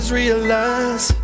realize